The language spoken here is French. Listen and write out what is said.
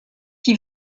qui